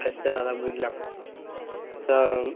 আচ্ছা দাদা বুঝলাম তো